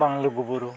ᱵᱟᱝ ᱞᱩᱜᱩ ᱵᱩᱨᱩ